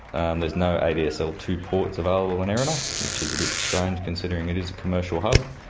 and there's no a d s l two ports available in erina, which is a bit strange considering it is a commercial hub,